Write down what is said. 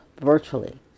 virtually